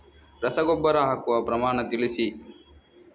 ರಸಗೊಬ್ಬರ ಹಾಕುವ ಪ್ರಮಾಣ ತಿಳಿಸಿ